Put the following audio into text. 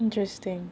interesting